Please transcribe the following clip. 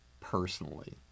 personally